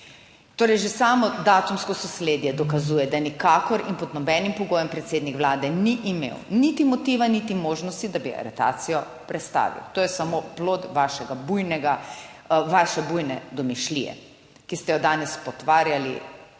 Torej, že samo datumsko sosledje dokazuje, da nikakor in pod nobenim pogojem predsednik Vlade ni imel niti motiva niti možnosti, da bi aretacijo prestavil, to je samo plod vašega bujnega, vaše bujne domišljije, ki ste jo danes potvarjali